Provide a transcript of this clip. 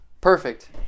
perfect